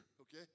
okay